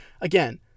Again